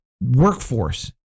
workforce